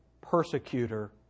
persecutor